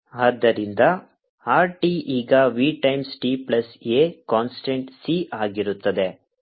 ಆದ್ದರಿಂದ r t ಈಗ V times t plus a constant c ಆಗಿರುತ್ತದೆ